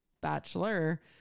Bachelor